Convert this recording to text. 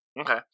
okay